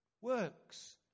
works